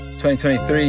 2023